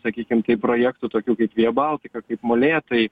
sakykim kaip projektų tokių kaip via baltica kaip molėtai